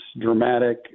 dramatic